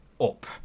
up